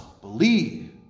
believe